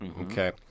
okay